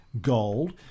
gold